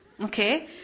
Okay